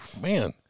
man